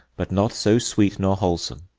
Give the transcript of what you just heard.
but not so sweet, nor wholesome.